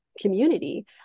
community